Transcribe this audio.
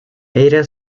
era